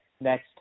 next